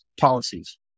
policies